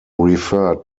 referred